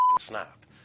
snap